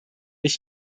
ich